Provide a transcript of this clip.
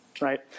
right